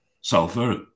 sulfur